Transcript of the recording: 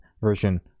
version